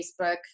Facebook